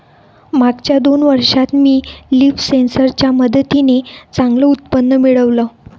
मागच्या दोन वर्षात मी लीफ सेन्सर च्या मदतीने चांगलं उत्पन्न मिळवलं